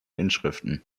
inschriften